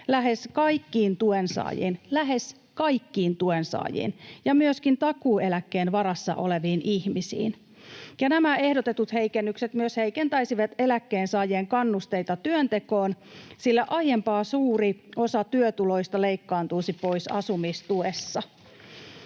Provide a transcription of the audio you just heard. lähes kaikkiin tuensaajiin — ja myöskin takuueläkkeen varassa oleviin ihmisiin. Nämä ehdotetut heikennykset myös heikentäisivät eläkkeensaajien kannusteita työntekoon, sillä aiempaa suuri osa työtuloista leikkaantuisi pois asumistuessa.